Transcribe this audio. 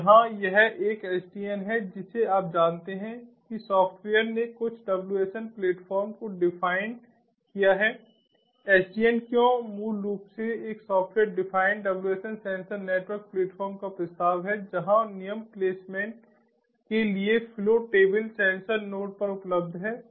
तो यहाँ यह एक SDN है जिसे आप जानते हैं कि सॉफ्टवेयर ने कुछ WSN प्लेटफॉर्म को डिफाइंड किया है SDN क्यों मूल रूप से एक software defined WSN sensor network platform का प्रस्ताव है जहां नियम प्लेसमेंट के लिए फ्लो टेबल सेंसर नोड्स पर उपलब्ध है